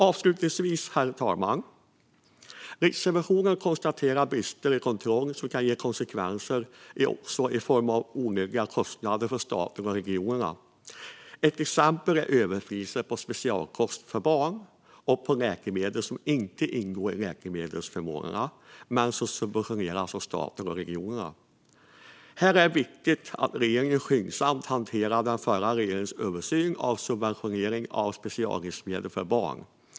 Avslutningsvis, herr talman, konstaterar Riksrevisionen att bristerna i kontroll också kan ge konsekvenser i form av onödiga kostnader för staten och regionerna. Ett exempel är överpriser på specialkost för barn och på läkemedel som inte ingår i läkemedelsförmånerna men som subventioneras av staten eller regionerna. Här är det viktigt att regeringen skyndsamt hanterar den förra regeringens översyn av subventionering av speciallivsmedel för barn.